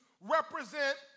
represent